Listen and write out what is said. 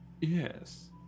Yes